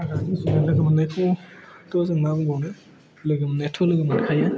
हाग्रानि जुनार लोगो मोननायखौ जों मा बुंबावनो लोगो मोननायाथ' लोगो मोनखायो